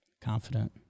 Confident